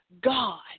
God